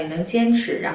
and attention